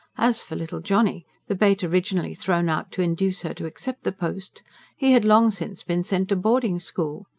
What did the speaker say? as for little johnny the bait originally thrown out to induce her to accept the post he had long since been sent to boarding-school.